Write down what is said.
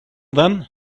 then